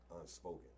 unspoken